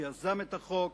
שיזם את החוק,